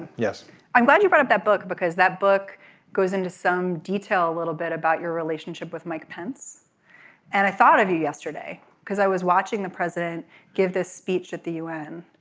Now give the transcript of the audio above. yes i'm glad you brought up that book because that book goes into some detail a little bit about your relationship with mike pence and i thought of you yesterday because i was watching the president give this speech at the u n.